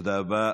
תודה רבה.